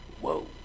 Whoa